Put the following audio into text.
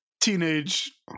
teenage